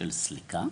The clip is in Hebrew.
של סליקה?